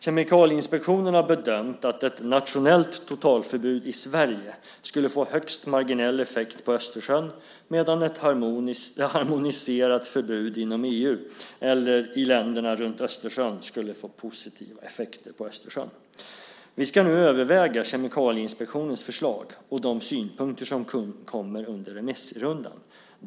Kemikalieinspektionen har bedömt att ett nationellt totalförbud i Sverige skulle få högst marginell effekt på Östersjön medan ett harmoniserat förbud inom EU eller i länderna runt Östersjön skulle få positiva effekter på Östersjön. Vi ska nu överväga Kemikalieinspektionens förslag och de synpunkter som kommer under remissrundan.